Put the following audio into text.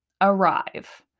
arrive